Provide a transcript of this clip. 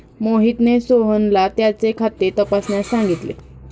मोहितने सोहनला त्याचे खाते तपासण्यास सांगितले